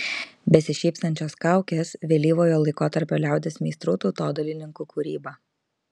besišypsančios kaukės vėlyvojo laikotarpio liaudies meistrų tautodailininkų kūryba